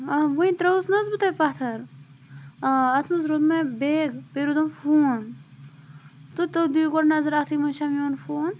آ وِن ترٲوِس نہ حٕظ بہٕ تۄہہِ پَتھَر آ اتھ مَنٛز روٗد مےٚ بیگ بییٚہِ روٗدُم فون تہٕ تُہۍ دِیِو گۄڈٕ نَظَر اَتھی مَنٛز چھےٚ فون